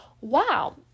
Wow